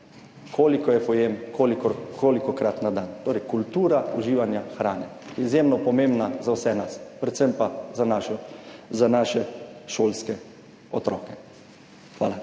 koliko je pojem, kolikokrat na dan. Torej kultura uživanja hrane. Izjemno pomembna za vse nas, predvsem pa za naše šolske otroke. Hvala.